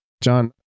John